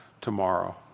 tomorrow